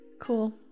Cool